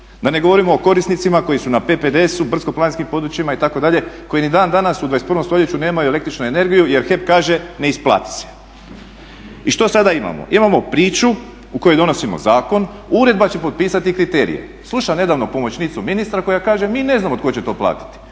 da ne govorim o korisnicima koji su na PPDS-u, brdsko-planinskim područjima itd. koji ni dan danas u 21. stoljeću nemaju električnu energiju jer HEP kaže ne isplati se. I što sada imamo? Imamo priču u kojoj donosimo zakon, uredba će potpisati kriterije. Slušam nedavno pomoćnicu ministra koja kaže mi ne znamo tko će to platiti,